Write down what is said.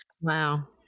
Wow